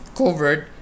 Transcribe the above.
covered